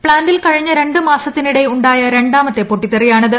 പ്ലാന്റിൽ കഴിഞ്ഞ രണ്ടു മാസത്തിനിടെ ഉണ്ടായ രണ്ടാമത്തെ പൊട്ടിത്തെറിയാണിത്